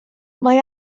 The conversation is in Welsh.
mae